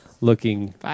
looking